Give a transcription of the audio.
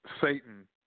Satan